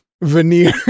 veneer